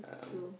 true